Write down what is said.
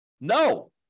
No